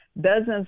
dozens